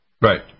Right